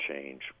change